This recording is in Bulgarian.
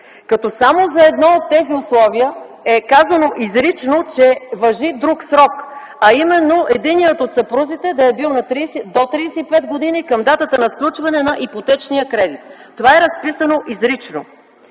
като само за едно от тези условия е казано изрично, че важи друг срок, а именно единият от съпрузите да е бил до 35 години към датата на сключване на ипотечния кредит. Това е разписано изрично.